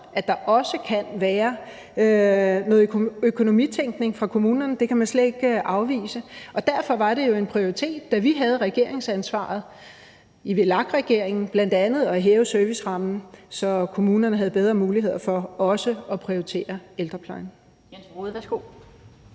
at der også kan være noget økonomitænkning fra kommunernes side. Det kan man slet ikke afvise, og derfor var det jo en prioritet, da vi havde regeringsansvaret i VLAK-regeringen, bl.a. at hæve servicerammen, så kommunerne havde bedre muligheder for også at prioritere ældreplejen.